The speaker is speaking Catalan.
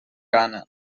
gana